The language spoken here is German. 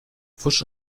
pfusch